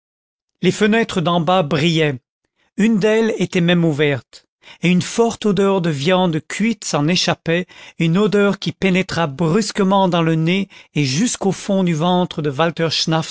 les fenêtres d'en bas brillaient une d'elles était même ouverte et une forte odeur de viande cuite s'en échappait une odeur qui pénétra brusquement dans le nez et jusqu'au fond du ventre de